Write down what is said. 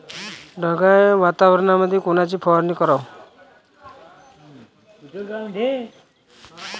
ढगाळ वातावरणामंदी कोनची फवारनी कराव?